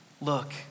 look